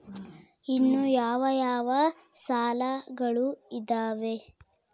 ಇನ್ನು ಯಾವ ಯಾವ ಸಾಲಗಳು ಇದಾವೆ?